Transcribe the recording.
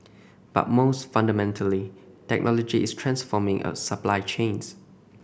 but most fundamentally technology is transforming a supply chains